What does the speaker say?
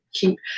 keep